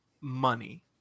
money